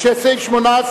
שסעיף 18